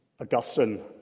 Augustine